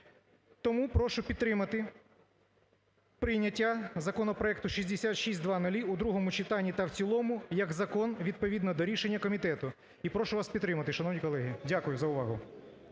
Тому прошу підтримати прийняття законопроекту 6600 у другому читанні та в цілому як закон відповідно до рішення комітету, і прошу вас підтримати, шановні колеги. Дякую за увагу.